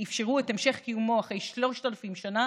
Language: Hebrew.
שאפשרו את המשך קיומו אחרי 3,000 שנה